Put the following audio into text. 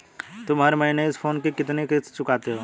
तुम हर महीने इस फोन की कितनी किश्त चुकाते हो?